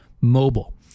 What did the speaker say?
mobile